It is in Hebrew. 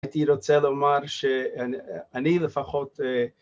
הייתי רוצה לומר שאני לפחות